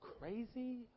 crazy